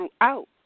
throughout